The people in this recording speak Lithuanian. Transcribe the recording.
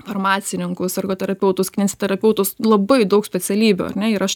farmacininkus ergo terapeutus kineziterapeutus labai daug specialybių ir aš